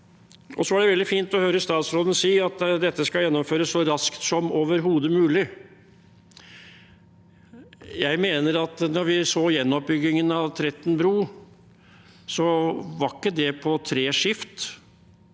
“Hans” Det er veldig fint å høre statsråden si at dette skal gjennomføres så raskt som overhodet mulig. Jeg mener at da vi så gjenoppbyggingen av Tretten bru, var ikke det på tre skift.